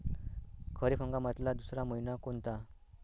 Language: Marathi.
खरीप हंगामातला दुसरा मइना कोनता?